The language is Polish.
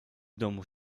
domu